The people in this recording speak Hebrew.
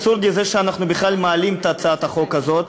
אבסורד הוא שאנחנו בכלל מעלים את הצעת החוק הזאת,